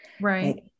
Right